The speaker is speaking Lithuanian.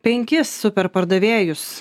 penkis super pardavėjus